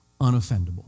unoffendable